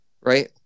right